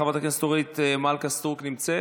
חברת הכנסת אורית מלכה סטרוק נמצאת?